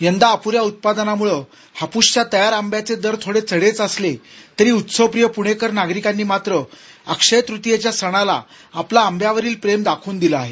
यंदा अप्र या उत्पादनामुळं हाप्रसच्या तयार आंब्याचे दर थोडे चढेच असले तरी उत्सवप्रिय पुणेकर नागरिकांनी मात्र अक्षय्य तृतीयेच्या सणाला आपलं आंब्यावरील प्रेम दाखवून दिल आहे